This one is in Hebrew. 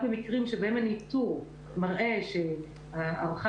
רק במקרים שבהם הניטור מראה שההערכה